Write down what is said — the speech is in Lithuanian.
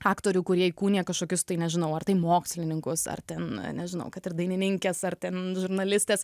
aktorių kurie įkūnija kažkokius tai nežinau ar tai mokslininkus ar ten nežinau kad ir dainininkes ar ten žurnalistes